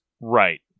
Right